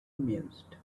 mused